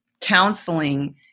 counseling